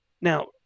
Now